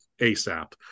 asap